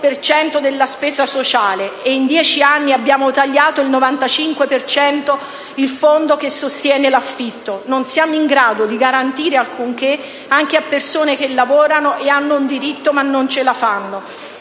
della spesa sociale e in dieci anni abbiamo tagliato il 95 per cento del fondo che sostiene l'affitto. Non siamo in grado di garantire alcunché anche a persone che lavorano e hanno un reddito, ma non ce la fanno.